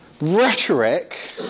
Rhetoric